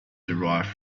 derived